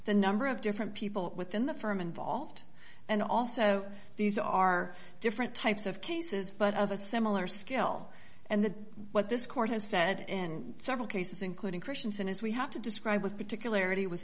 the number of different people within the firm involved and also these are different types of cases but of a similar skill and the what this court has said in several cases including christiansen is we have to describe as particularly